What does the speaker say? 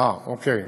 אה, אוקיי.